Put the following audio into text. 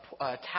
tax